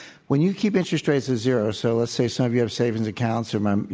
when you keep interest rates at zero, so let's say some of your saving accounts or, um you